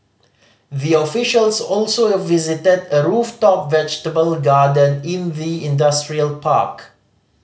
the officials also visited a rooftop vegetable garden in the industrial park